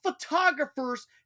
photographers